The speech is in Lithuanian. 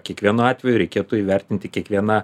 kiekvienu atveju reikėtų įvertinti kiekvieną